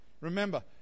Remember